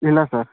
ಇಲ್ಲ ಸರ್